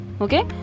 okay